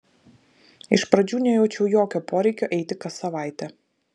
iš pradžių nejaučiau jokio poreikio eiti kas savaitę